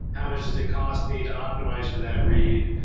how much does it cost me to optimize for that read?